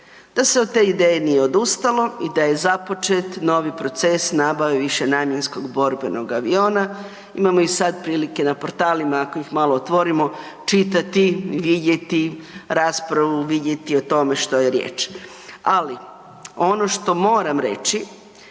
da se od te ideje nije odustalo i da je započet novi proces nabave višenamjenskog borbenog aviona. Imamo ih sad prilike na portalima, ako ih malo otvorimo, čitati i vidjeti raspravu, vidjeti o tome što je riječ. Ali, ono što moram reći,